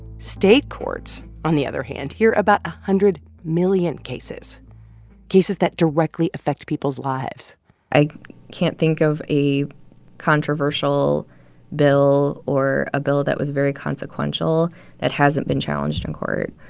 state courts, on the other hand, hear about one ah hundred million cases cases that directly affect people's lives i can't think of a controversial bill or a bill that was very consequential that hasn't been challenged in court.